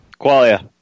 Qualia